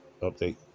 update